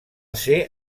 ser